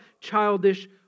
childish